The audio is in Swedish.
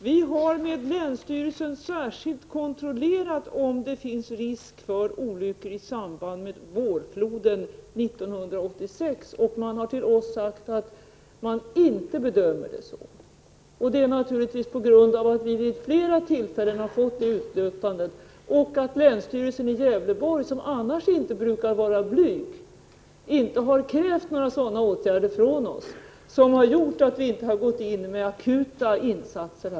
Vi har med länsstyrelsen i Gävleborgs län särskilt kontrollerat om det finns risk för olyckor i samband med vårfloden 1986. Länsstyrelsen har till oss sagt att den inte bedömer att det finns en sådan risk. Det är naturligtvis det faktum att vi vid flera tillfällen har fått detta utlåtande och att länsstyrelsen i Gävleborgs län, som annars inte brukar vara blyg, inte har krävt några åtgärder från oss som har gjort att vi inte har gripit in med akuta insatser.